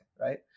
right